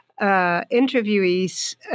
interviewees